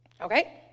Okay